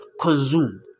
consume